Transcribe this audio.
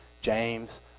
James